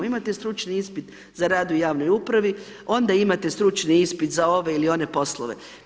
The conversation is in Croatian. Imamo stručni ispit za rad u javnoj upravi, onda imate stručni ispit za ove ili one poslove.